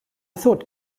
thought